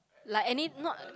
like any not